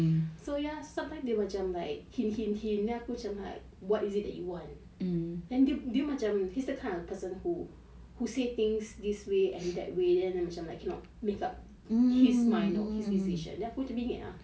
so ya sometimes dia macam hint hint hint then aku macam like what is it that you want and dia dia macam he's the kind of person who says things this way and that way and then macam like cannot make up his mind his decision then aku macam bingit ah